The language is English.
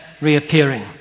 reappearing